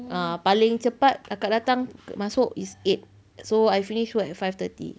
ah paling cepat kakak datang masuk is eight so I finish what five thirty